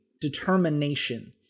determination